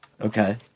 Okay